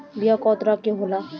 बीया कव तरह क होला?